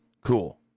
Cool